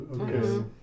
Okay